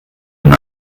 dann